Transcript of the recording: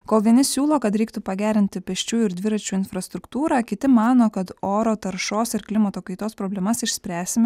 kol vieni siūlo kad reiktų pagerinti pėsčiųjų ir dviračių infrastruktūrą kiti mano kad oro taršos ir klimato kaitos problemas išspręsime